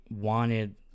wanted